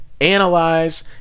analyze